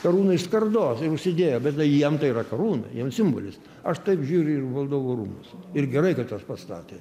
karūną iš skardos ir užsidėjo bet jiem tai yra karūna jiem simbolis aš taip žiūriu ir į valdovų rūmus ir gerai kad juos pastatė